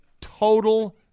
total